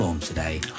today